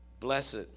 Blessed